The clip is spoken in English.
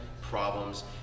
problems